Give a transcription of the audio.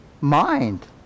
mind